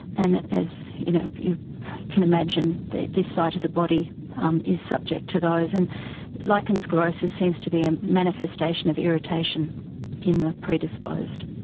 and, as you know you can imagine, this site of the body um is subject to those. and lichen sclerosus seems to be a manifestation of irritation in the predisposed.